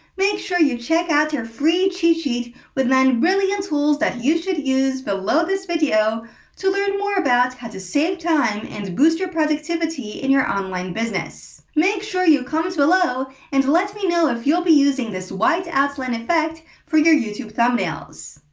make sure you check out our free cheat sheet with nine brilliant tools that you should use below this video to learn more about how to save time and boost your productivity in your online business. make sure you comment below and let me know if you'll be using this white outline effect in your youtube thumbnails.